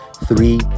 Three